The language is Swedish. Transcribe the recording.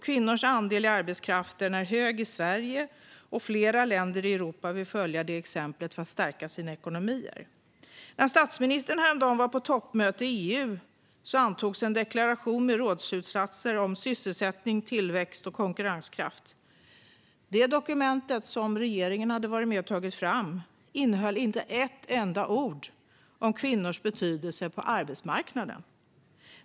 Kvinnors andel i arbetskraften är hög i Sverige, och flera länder i Europa vill följa det exemplet för att stärka sina ekonomier. När statsministern häromdagen var på toppmöte i EU antogs en deklaration med rådsslutsatser om sysselsättning, tillväxt och konkurrenskraft. Det dokumentet, som regeringen hade varit med och tagit fram, innehöll inte ett enda ord om kvinnors betydelse på arbetsmarknaden.